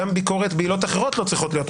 גם ביקורת בעילות אחרות לא צריכות להיות,